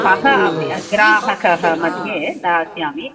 सः अप् ग्राहकः मध्ये दास्यामि